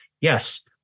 Yes